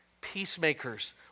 peacemakers